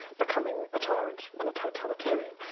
becoming a tyrant and a totalitarian.